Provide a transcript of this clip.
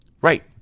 Right